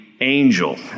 angel